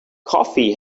coffee